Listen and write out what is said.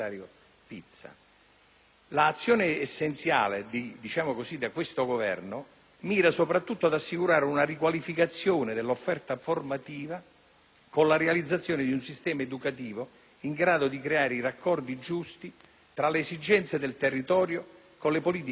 L'azione essenziale di questo Governo mira soprattutto ad assicurare una riqualificazione dell'offerta formativa, con la realizzazione di un sistema educativo in grado di creare i raccordi giusti tra le esigenze del territorio e le politiche nazionali ed europee,